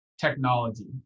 technology